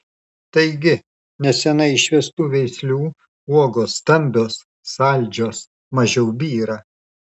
taigi neseniai išvestų veislių uogos stambios saldžios mažiau byra